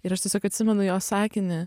ir aš tiesiog atsimenu jo sakinį